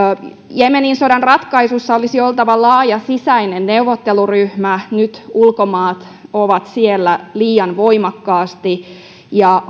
jemenin sodan ratkaisuissa olisi oltava laaja sisäinen neuvotteluryhmä nyt ulkomaat ovat siellä liian voimakkaasti ja